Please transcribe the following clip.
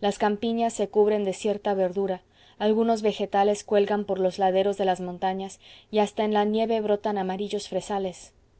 las campiñas se cubren de cierta verdura algunos vegetales cuelgan por los laderos de las montañas y hasta en la nieve brotan amarillos fresales